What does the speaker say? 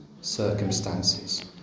circumstances